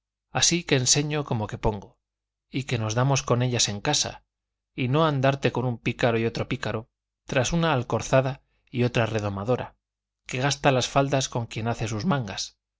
así que enseño como que pongo y que nos damos con ellas en casa y no andarte con un pícaro y otro pícaro tras una alcorzada y otra redomadona que gasta las faldas con quien hace sus mangas